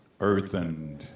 Earthened